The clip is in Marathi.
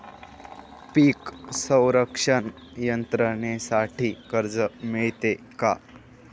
पीक संरक्षण यंत्रणेसाठी कर्ज मिळते का?